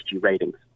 ratings